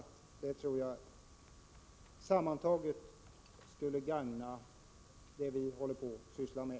En minskning av klyftorna skulle gagna det som vi arbetar för.